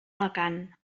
alacant